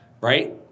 right